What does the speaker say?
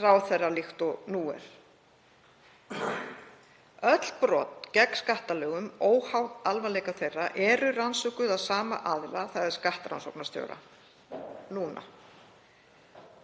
ráðherra líkt og nú er. Öll brot gegn skattalögum, óháð alvarleika þeirra, eru rannsökuð af sama aðila, þ.e. skattrannsóknarstjóra.